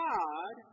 God